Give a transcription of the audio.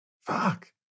Fuck